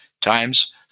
times